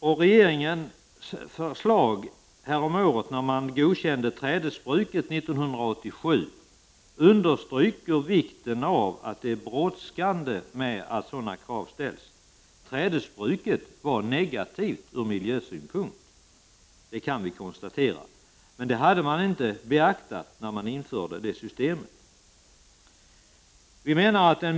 I regeringens förslag häromåret då man godkände trädesbruket 1987 underströks att det var bråttom med att det ställs krav på sådana analyser. Man kan konstatera att trädesbruket ur miljösynpunkt är negativt. Men det hade man inte beaktat när systemet infördes.